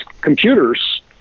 computers